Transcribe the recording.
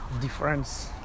difference